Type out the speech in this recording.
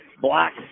black